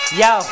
yo